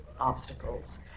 obstacles